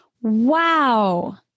Wow